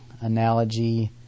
analogy